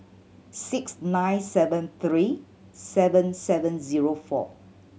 six nine seven three seven seven zero four